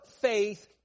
faith